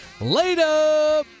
Later